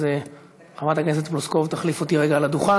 אז חברת הכנסת פלוסקוב תחליף אותי רגע על הדוכן,